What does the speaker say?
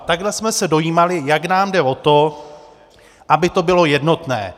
Takhle jsme se dojímali, jak nám jde o to, aby to bylo jednotné.